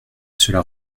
cela